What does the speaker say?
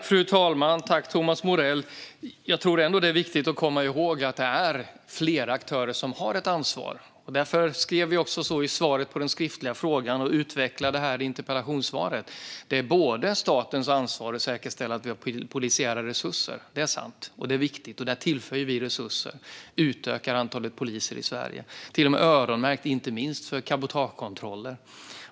Fru talman! Jag tror ändå att det är viktigt att komma ihåg att det är flera aktörer som har ett ansvar. Därför skrev jag i svaret på den skriftliga frågan, och utvecklade här i interpellationssvaret, att det är statens ansvar att säkerställa att vi har polisiära resurser - det är sant och viktigt. Där tillför vi resurser. Vi utökar antalet poliser i Sverige och har till och med gjort en öronmärkning för cabotagekontroller.